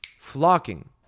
Flocking